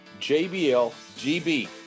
JBLGB